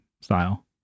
style